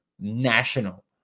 national